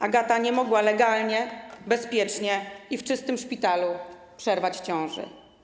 Agata nie mogła legalnie, bezpiecznie i w czystym szpitalu przerwać ciąży.